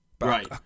Right